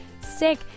sick